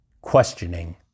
questioning